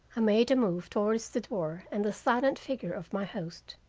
i made a move towards the door and the silent figure of my host.